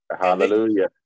Hallelujah